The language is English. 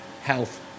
health